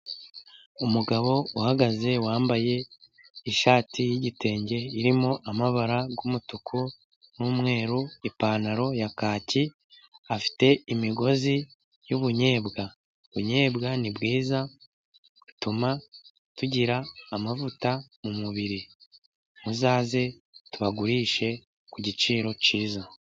Umugabo uhagaze wambaye ishati y'igitenge irimo amabara y'umutuku n'umweru, ipantaro ya kaki afite imigozi y'ubunnyobwa. Ubunyebwa ni bwiza butuma tugira amavuta mu mubiri. Muzaze tubagurishe ku giciro cyiza.